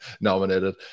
nominated